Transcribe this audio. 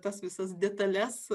tas visas detales